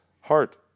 heart